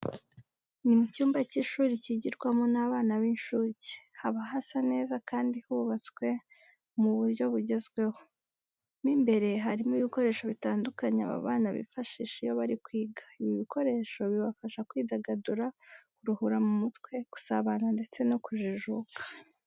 Ni mu cyumba cy'ishuri kigirwamo n'abana b'incuke, haba hasa neza kandi hubatswe mu buryo bugezweho. Mo imbere harimo ibikoresho bitandukanye aba bana bifashisha iyo bari kwiga. Ibi bikoresho bibafasha kwidagadura, kuruhura mu mutwe, gusabana ndetse no kujijuka.